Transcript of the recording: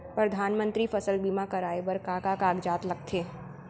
परधानमंतरी फसल बीमा कराये बर का का कागजात लगथे?